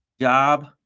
job